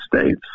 states